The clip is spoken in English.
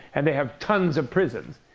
and they have tons of prisons.